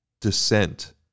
descent